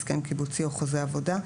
הסכם קיבוצי או חוזה עבודה,